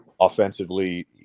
offensively